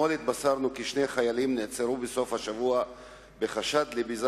אתמול התבשרנו כי שני חיילים נעצרו בסוף השבוע בחשד לביזה